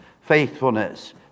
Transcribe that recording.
faithfulness